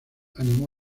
animó